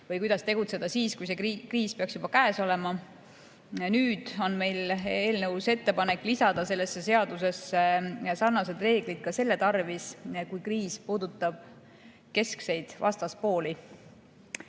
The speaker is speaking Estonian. või kuidas tegutseda siis, kui see kriis peaks juba käes olema. Nüüd on meil eelnõus ettepanek lisada sellesse seadusesse sarnased reeglid ka selle tarvis, kui kriis puudutab keskseid vastaspooli.